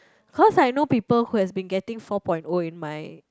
cause I know people who has been getting four point O in my